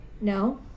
No